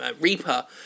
Reaper